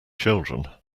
children